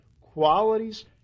qualities